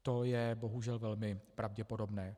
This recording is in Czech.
To je bohužel velmi pravděpodobné.